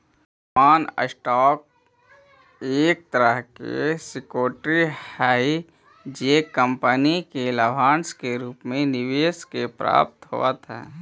common stock एक तरह के सिक्योरिटी हई जे कंपनी के लाभांश के रूप में निवेशक के प्राप्त होवऽ हइ